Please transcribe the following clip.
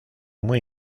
muy